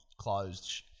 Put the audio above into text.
closed